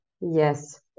Yes